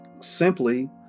simply